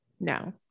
No